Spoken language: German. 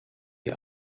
die